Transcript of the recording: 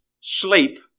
sleep